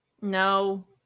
No